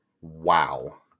Wow